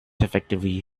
effectively